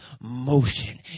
motion